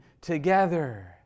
together